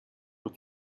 with